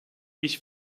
ich